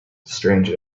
strange